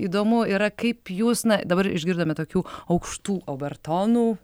įdomu yra kaip jūs na dabar išgirdome tokių aukštų obertonų